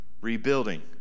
rebuilding